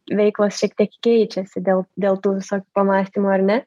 veiklos šiek tiek keičiasi dėl dėl tų visokių pamąstymų ar ne